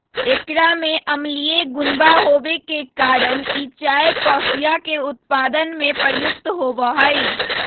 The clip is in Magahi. एकरा में अम्लीय गुणवा होवे के कारण ई चाय कॉफीया के उत्पादन में प्रयुक्त होवा हई